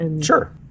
Sure